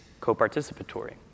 co-participatory